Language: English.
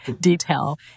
detail